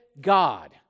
God